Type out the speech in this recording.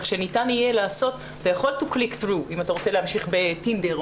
אתה יכול להקליק הלאה אם אתה רוצה להמשיך בטינדר,